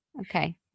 Okay